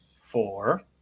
four